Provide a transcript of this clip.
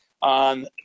on